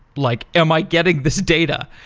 like am i getting this data?